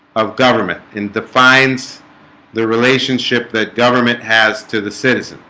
of government and defines the relationship that government has to the citizen